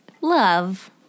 love